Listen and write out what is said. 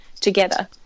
together